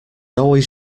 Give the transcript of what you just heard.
always